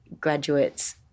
graduates